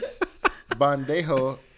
Bandejo